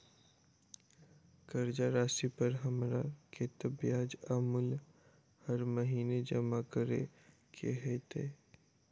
कर्जा राशि पर हमरा कत्तेक ब्याज आ मूल हर महीने जमा करऽ कऽ हेतै?